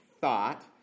thought